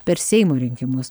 per seimo rinkimus